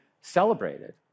celebrated